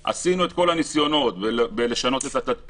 כבר עשינו את כל הניסיונות למנוע את זה לשנות את התדפיס,